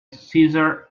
cesar